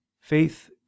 faith